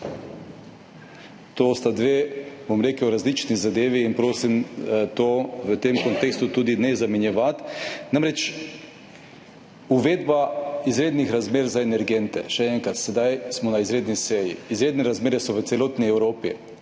bom rekel, različni zadevi, in prosim, to v tem kontekstu tudi ne zamenjevati. Namreč, uvedba izrednih razmer za energente. Še enkrat. Sedaj smo na izredni seji. Izredne razmere so v celotni Evropi.